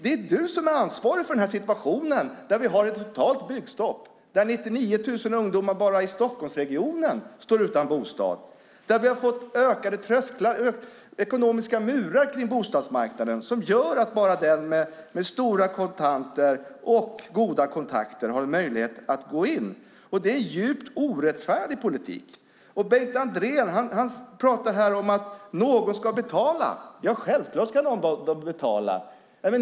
Det är du som är ansvarig för den här situationen där vi har ett totalt byggstopp och 99 000 ungdomar bara i Stockholmsregionen står utan bostad. Vi har fått ökade trösklar och ekonomiska murar kring bostadsmarknaden som gör att bara den med stora kontanter och goda kontakter har möjlighet att gå in. Det är en djupt orättfärdig politik. Gunnar Andrén talar här om att någon ska betala. Självklart ska någon betala.